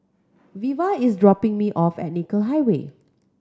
Veva is dropping me off at Nicoll Highway